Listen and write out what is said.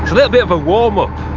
little bit of a warm-up.